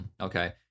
okay